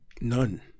None